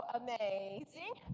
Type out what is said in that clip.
amazing